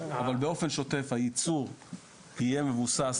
אבל באופן שוטף הייצור יהיה מבוסס,